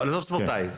לא ספורטאי.